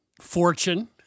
fortune